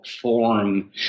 form